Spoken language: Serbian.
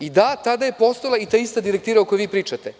I da, tada je postojala i ta ista direktiva o kojoj vi pričate.